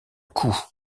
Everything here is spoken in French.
coût